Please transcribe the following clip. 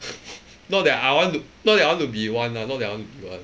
not that I want to not that I want to be one lah not that I want to be one